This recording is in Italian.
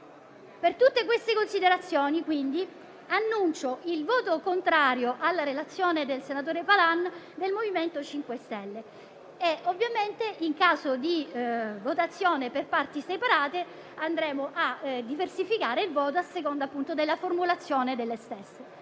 Per tutte queste considerazioni annuncio il voto contrario alla relazione del senatore Malan del MoVimento 5 Stelle. In caso di votazione per parti separate, andremo a diversificare il voto a seconda della formulazione delle stesse.